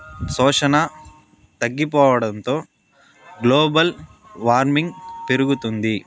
శోషణ తగ్గిపోవడంతో global warming పెరుగుతుంది